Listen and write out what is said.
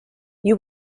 you